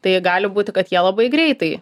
tai jie gali būti kad jie labai greitai